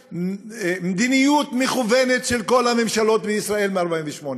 מדיניות מכוונת של כל הממשלות בישראל מ-1948.